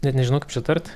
net nežinau kaip čia tart